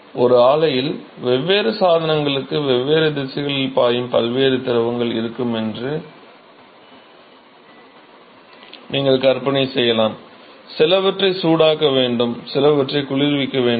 ஒரு ஆலையில் வெவ்வேறு சாதனங்களுக்கு வெவ்வேறு திசைகளில் பாயும் பல்வேறு திரவங்கள் இருக்கும் என்று நீங்கள் கற்பனை செய்யலாம் சிலவற்றை சூடாக்க வேண்டும் சிலவற்றை குளிர்விக்க வேண்டும்